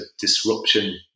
disruption